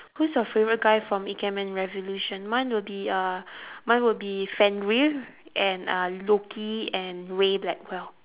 who's your favourite guy from ikemen-revolution mine will be uh mine will be fenrir and uh loki and ray blackwell